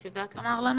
את יודעת לומר לנו?